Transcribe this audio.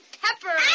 pepper